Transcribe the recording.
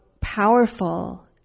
powerful